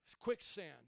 quicksand